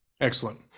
excellent